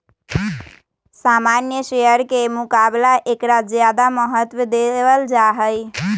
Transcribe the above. सामान्य शेयर के मुकाबला ऐकरा ज्यादा महत्व देवल जाहई